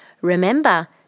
Remember